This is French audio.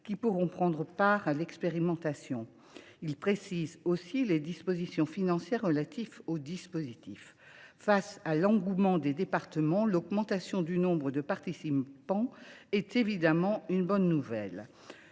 qui pourront prendre part à l’expérimentation. Il précise aussi les dispositions financières relatives au dispositif. Face à l’engouement des départements, l’augmentation du nombre de participants est évidemment une bonne nouvelle.